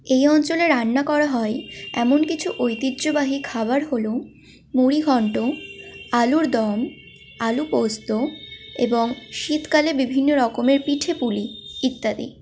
এই অঞ্চলে রান্না করা হয় এমন কিছু ঐতিহ্যবাহী খাবার হলো মুড়িঘন্ট আলুর দম আলু পোস্ত এবং শীতকালে বিভিন্ন রকমের পিঠে পুলি ইত্যাদি